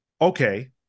Okay